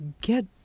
get